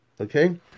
Okay